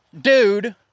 dude